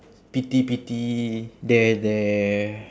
pity pity there there